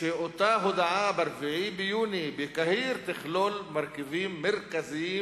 אותה הודעה ב-4 ביוני בקהיר תכלול מרכיבים מרכזיים